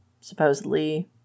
Supposedly